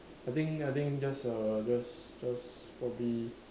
I think I think just uh just just probably